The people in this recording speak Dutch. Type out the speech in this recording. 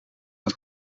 het